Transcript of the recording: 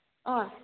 अँ